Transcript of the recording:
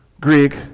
Greek